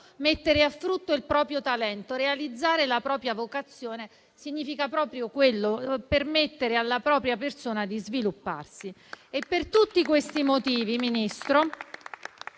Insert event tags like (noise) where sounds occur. mettere a frutto il proprio talento, realizzare la propria vocazione significa proprio questo: permettere alla propria persona di svilupparsi. (applause) Per tutti questi motivi, Ministro,